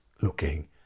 looking